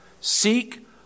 Seek